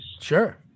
Sure